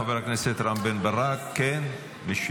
חבר הכנסת רם בן ברק משיב.